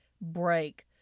break